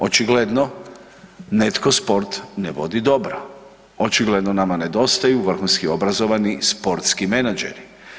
Očigledno netko sport ne vodi dobro, očigledno nama nedostaju vrhunski obrazovani sportski menadžeri.